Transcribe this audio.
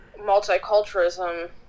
multiculturalism